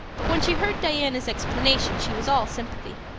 but when she heard diana's explanation she was all sympathy.